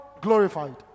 glorified